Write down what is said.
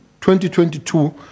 2022